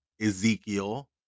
Ezekiel